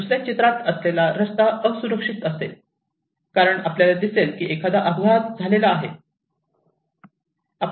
दुसऱ्या चित्रात असलेला रस्ता असुरक्षित असेल कारण आपल्याला दिसेल की एखादा अपघात झालेला आहे